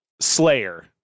Slayer